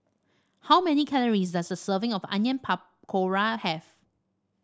how many calories does a serving of Onion Pakora have